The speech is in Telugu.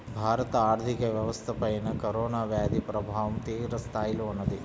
భారత ఆర్థిక వ్యవస్థపైన కరోనా వ్యాధి ప్రభావం తీవ్రస్థాయిలో ఉన్నది